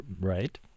Right